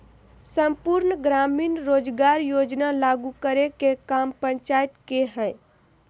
सम्पूर्ण ग्रामीण रोजगार योजना लागू करे के काम पंचायत के हय